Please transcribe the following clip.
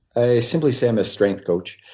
i simply say i'm a strength coach.